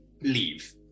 leave